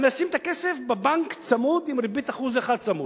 אני אשים את הכסף בבנק, צמוד עם ריבית 1% צמוד.